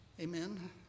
Amen